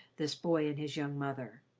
this boy and his young mother.